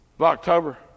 October